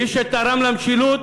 מי שתרם למשילות